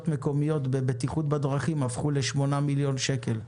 המקומיות לבטיחות בדרכים הפכו ל-8 מיליון שקל.